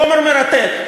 חומר מרתק.